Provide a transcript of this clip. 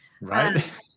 Right